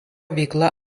veikla